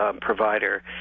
provider